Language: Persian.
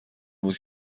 بود